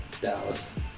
Dallas